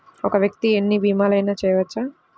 ఒక్క వ్యక్తి ఎన్ని భీమలయినా చేయవచ్చా?